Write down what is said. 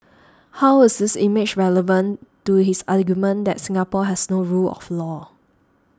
how is this image relevant to his argument that Singapore has no rule of law